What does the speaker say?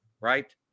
right